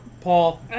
Paul